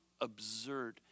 absurd